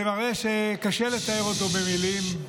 זה מראה שקשה לתאר אותו במילים.